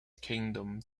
kingdom